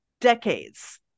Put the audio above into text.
decades